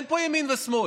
אין פה ימין ושמאל,